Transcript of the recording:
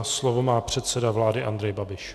Slovo má předseda vlády Andrej Babiš.